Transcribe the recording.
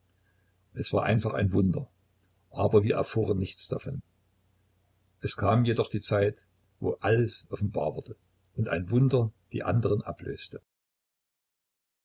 es war einfach ein wunder aber wir erfuhren nichts davon es kam jedoch die zeit wo alles offenbar wurde und ein wunder die anderen ablöste